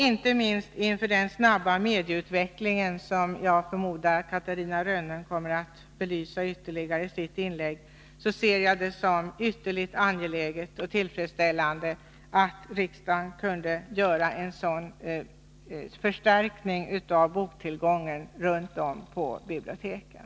Inte minst inför den snabba medieutvecklingen, som jag förmodar att Catarina Rönnung kommer att belysa i sitt inlägg, ser jag det som synnerligen angeläget och tillfredsställande att riksdagen kunde göra en sådan förstärkning av boktillgången runt om på biblioteken.